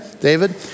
David